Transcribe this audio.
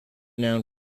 noun